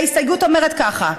ההסתייגות אומרת ככה: